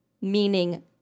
meaning